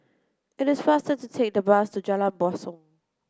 it is faster to take the bus to Jalan Basong